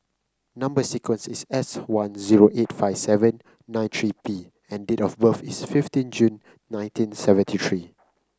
number sequence is S one zero eight five seven nine three P and date of birth is fifteen June nineteen seventy three